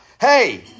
hey